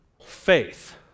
faith